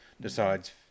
decides